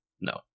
No